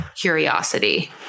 curiosity